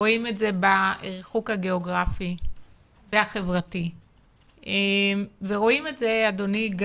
רואים את זה בריחוק הגיאוגרפי והחברתי ורואים את זה אדוני,